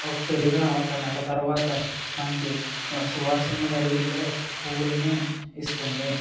అవి పెరిగిన ఒక నెల తర్వాత మంచి సువాసనలు వెదజల్లే పువ్వులని ఇస్తుంది